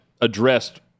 addressed